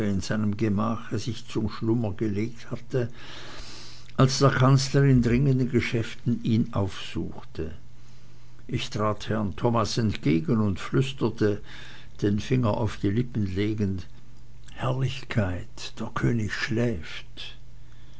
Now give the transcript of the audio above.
in seinem gemache sich zum schlummer gelegt hatte als der kanzler in dringenden geschäften ihn aufsuchte ich trat herrn thomas entgegen und flüsterte den finger auf die lippen legend herrlichkeit der könig schläft